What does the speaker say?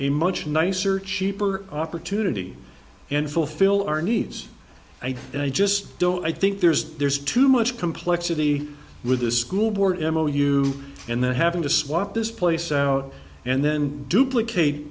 a much nicer cheaper opportunity and fulfill our needs and i just don't i think there's there's too much complexity with the school board m o you and then having to swap this place out and then duplicate